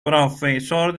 profesor